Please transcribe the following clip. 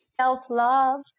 self-love